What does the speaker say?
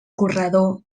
corredor